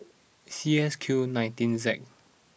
C S Q nineteen Z